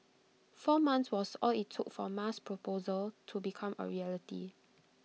four months was all IT took for Ma's proposal to become A reality